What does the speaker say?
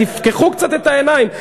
תפקחו קצת את העיניים.